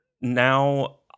Now